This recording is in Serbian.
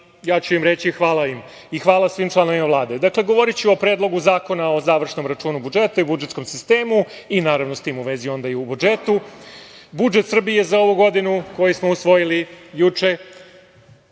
ja ću im reći – hvala im, i hvala svim članovima Vlade. Dakle, govoriću o Predlogu zakona o Završnom računu budžeta i budžetskom sistemu i naravno, s tim u vezi onda i o budžetu. Budžet Srbije za ovu godinu koji smo usvojili juče,